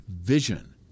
vision